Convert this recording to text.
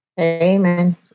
Amen